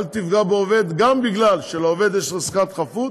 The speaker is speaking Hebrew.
אל תפגע בעובד, גם בגלל שלעובד יש חזקת פחות